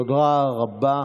תודה רבה.